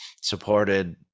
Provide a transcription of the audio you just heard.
supported